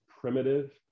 primitive